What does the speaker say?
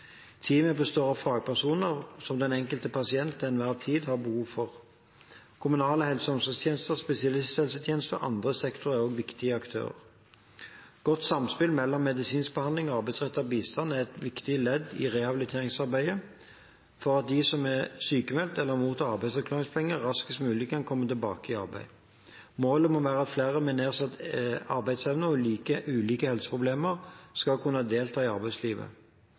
Teamet består av fagpersoner som den enkelte pasient til enhver tid har behov for. Kommunale helse- og omsorgstjenester, spesialisthelsetjenesten og andre sektorer er også viktige aktører. Godt samspill mellom medisinsk behandling og arbeidsrettet bistand er et viktig ledd i rehabiliteringsarbeidet, for at de som er sykmeldt eller mottar arbeidsavklaringspenger, raskest mulig kan komme tilbake i arbeid. Målet må være at flere med nedsatt arbeidsevne og ulike helseproblemer skal kunne delta i arbeidslivet.